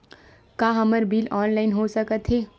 का हमर bill online हो सकत हे?